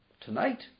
tonight